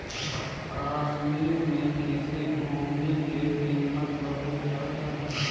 कश्मीर में कृषि भूमि के कीमत बहुत ज्यादा हइ